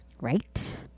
right